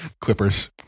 Clippers